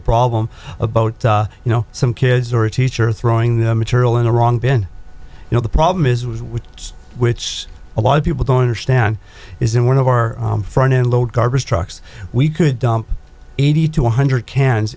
the problem about you know some kids or a teacher throwing the material in the wrong been you know the problem is with us which a lot of people don't understand is in one of our front end load garbage trucks we could dump eighty to one hundred cans